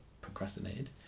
procrastinated